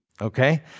okay